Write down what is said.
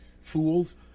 fools